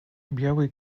biały